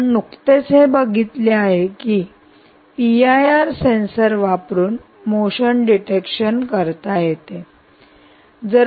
आपण नुकतेच हे बघितले आहे की पीआयआर सेंसर वापरून मोशन डिटेक्शन करता येते